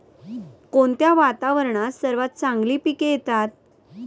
कोणत्या वातावरणात सर्वात चांगली पिके येतात?